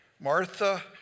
Martha